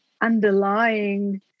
underlying